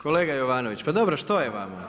Kolega Jovanović pa dobro što je vama.